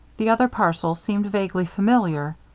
the other parcel seemed vaguely familiar.